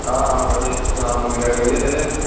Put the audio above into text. ਹਾਂ ਹਾਂ ਵਧੀਆ ਤੂੰ ਸੁਣਾ ਮੰਮੀ ਡੈਡੀ ਵਧੀਆ ਤੇਰੇ